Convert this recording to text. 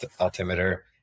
Altimeter